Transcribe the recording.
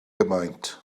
gymaint